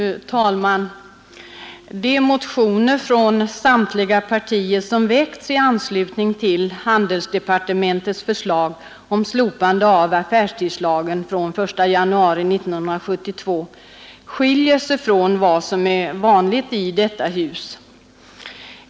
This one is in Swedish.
Fru talman! De motioner från samtliga partier som väckts i anslutning till handelsdepartementets förslag om slopande av affärstidslagen fr.o.m. den 1 januari 1972 skiljer sig från vad som är vanligt i detta hus.